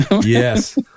Yes